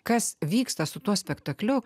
kas vyksta su tuo spektakliu